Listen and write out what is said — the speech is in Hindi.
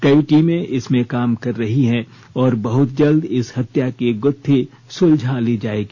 कई टीमें इसमें काम कर रही हैं और बहत जल्द इस हत्या की गुत्थी सुलझा ली जाएगी